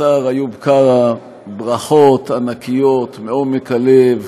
השר איוב קרא, ברכות ענקיות מעומק הלב.